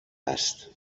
هست